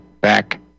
back